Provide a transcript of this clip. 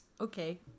Okay